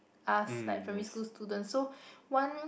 us like primary school students so one